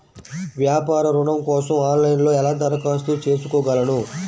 వ్యాపార ఋణం కోసం ఆన్లైన్లో ఎలా దరఖాస్తు చేసుకోగలను?